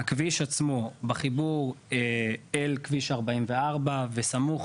הכביש עצמו בחיבור אל כביש 44 וסמוך